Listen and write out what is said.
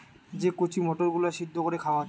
যে কচি মটর গুলো সিদ্ধ কোরে খাওয়া হচ্ছে